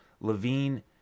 Levine